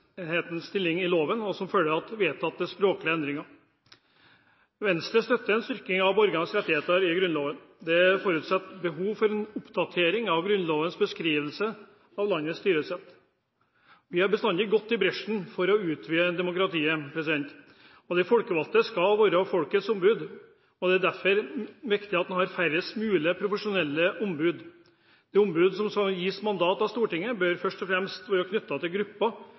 stilling i loven, og som følge av vedtatte språklige endringer. Venstre støtter en styrking av borgernes rettigheter i Grunnloven. Det er fortsatt behov for en oppdatering av Grunnlovens beskrivelse av landets styresett. Vi har bestandig gått i bresjen for å utvide demokratiet. De folkevalgte skal være folkets ombud, og det er derfor viktig at en har færrest mulig profesjonelle ombud. De ombud som gis mandat av Stortinget, bør først og fremst være knyttet til